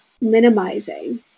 minimizing